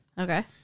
Okay